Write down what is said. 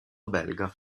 belga